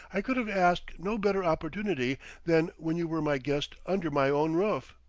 i could have asked no better opportunity than when you were my guest under my own roof.